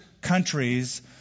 countries